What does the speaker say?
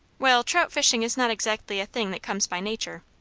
well, trout fishing is not exactly a thing that comes by nature.